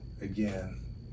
again